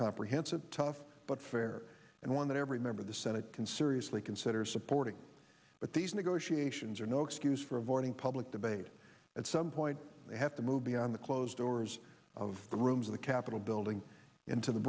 comprehensive tough but fair and one that every member of the senate can seriously consider supporting but these negotiations are no excuse for avoiding public debate at some point they have to move beyond the closed doors of the rooms of the capitol building into the